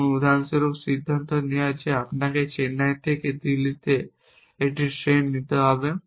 যেমন উদাহরণস্বরূপ সিদ্ধান্ত নেওয়া যে আপনাকে চেন্নাই থেকে দিল্লিতে একটি ট্রেন নিতে হবে